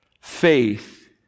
faith